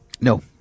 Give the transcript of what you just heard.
No